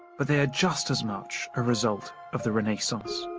but they are just as much a result of the renaissance.